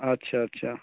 আচ্ছা আচ্ছা